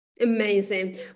Amazing